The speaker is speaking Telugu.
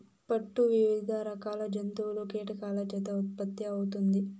పట్టు వివిధ రకాల జంతువులు, కీటకాల చేత ఉత్పత్తి అవుతుంది